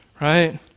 right